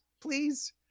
please